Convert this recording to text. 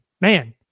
man